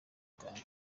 itatu